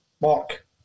Mark